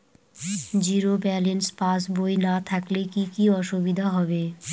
Zero balance পাসবই না থাকলে কি কী অসুবিধা হবে?